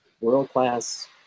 world-class